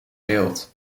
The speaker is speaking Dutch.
wilt